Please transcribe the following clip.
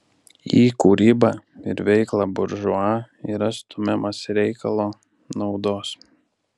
į kūrybą ir veiklą buržua yra stumiamas reikalo naudos